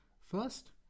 First